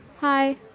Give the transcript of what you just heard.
Hi